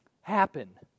happen